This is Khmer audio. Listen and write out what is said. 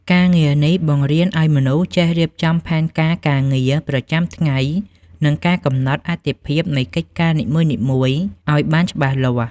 ការងារនេះបង្រៀនឱ្យមនុស្សចេះរៀបចំផែនការការងារប្រចាំថ្ងៃ និងការកំណត់អាទិភាពនៃកិច្ចការនីមួយៗឱ្យបានច្បាស់លាស់។